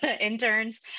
interns